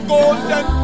Golden